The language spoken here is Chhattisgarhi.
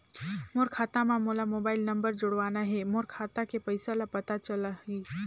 मोर खाता मां मोला मोबाइल नंबर जोड़वाना हे मोर खाता के पइसा ह पता चलाही?